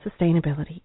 sustainability